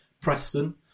Preston